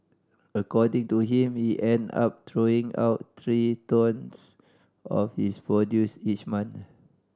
according to him he end up throwing out three tonnes of his produce each month